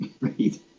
right